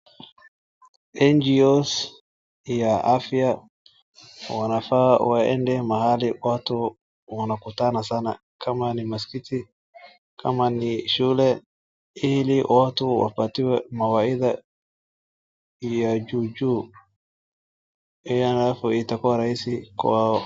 NGOs ya afya wanafaa waende mahali watu wanakutana sana, kama ni muskiti, kama ni shule ili watu wapatiwe mawaidha ya juu juu ili halafu itakuwa rahisi kwao.